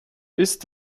ist